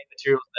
materials